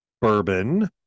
bourbon